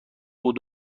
بود